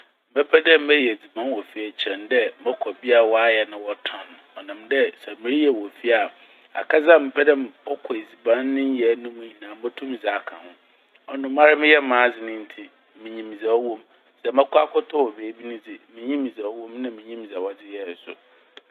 Mebɛpɛ dɛ mɛyɛ edziban wɔ fie kyɛn dɛ mɔkɔ bea ɔayɛ na wɔtɔn. Ɔnam dɛ sɛ mereyɛ wɔ fie a akɛdze a mepɛ dɛ ɔkɔ edziban no ne nyɛe no mu nyinaa motum medze aka ho. Ɔno mara meyɛ m'adze ntsi minyim dza ɔwɔ mu. Dza mɔkɔ atɔ wɔ beebi ne dze minnyim dza ɔwɔ mu na minnyim dza wɔdze yɛe so.